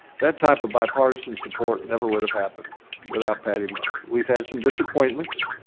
that type of bipartisan support never would have happened without patty murray. we've had some disappointments.